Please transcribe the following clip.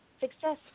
successful